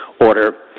order